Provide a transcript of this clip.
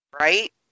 right